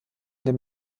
dem